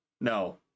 no